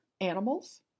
animals